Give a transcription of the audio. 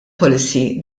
policy